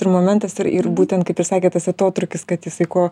ir momentas ir ir būtent kaip ir sakė tas atotrūkis kad jisai ko